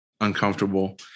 uncomfortable